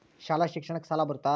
ಶಾಲಾ ಶಿಕ್ಷಣಕ್ಕ ಸಾಲ ಬರುತ್ತಾ?